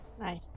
Nice